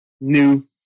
new